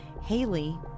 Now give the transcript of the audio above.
Haley